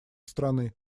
страны